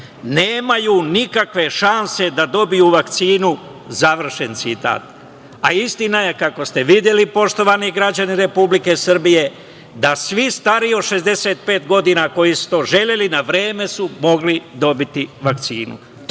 nemaju nikakve šanse da dobiju vakcinu, završen citat. Istina je kako ste videli poštovani građani Republike Srbije da svi stariji od 65 godini koji su to želeli, na vreme su mogli dobiti vakcinu.